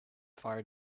fire